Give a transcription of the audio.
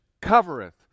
covereth